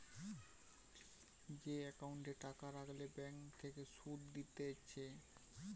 যে একাউন্টে টাকা রাখলে ব্যাঙ্ক থেকে সুধ দিতেছে